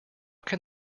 can